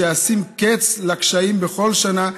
שישים קץ לקשיים בכל שנה.